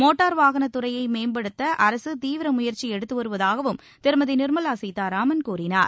motor வாகனத் துறையை மேம்படுத்த அரசு தீவிர முயற்சி எடுத்து வருவதாகவும் திருமதி நிர்மலா சீதாராமன் கூறினார்